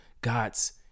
God's